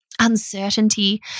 uncertainty